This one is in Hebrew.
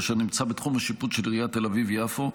אשר נמצא בתחום השיפוט של עיריית תל אביב-יפו.